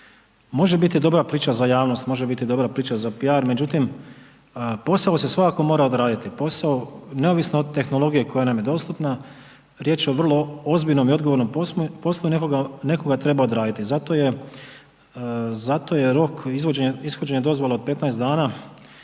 može biti dobra priča za javnost, može biti dobra priča za pijar. Međutim, posao se svakako mora odraditi. Posao neovisno od tehnologije koja nam je dostupna, riječ je o vrlo ozbiljnom i odgovornom poslu i netko ga treba odraditi. Zato je rok ishođenja dozvola od 15 dana,